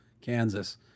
Kansas